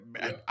man